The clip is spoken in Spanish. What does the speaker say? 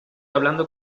hablando